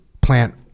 plant